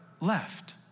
left